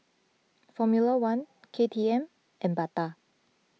formula one K T M and Bata